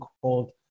called